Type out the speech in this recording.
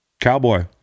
Cowboy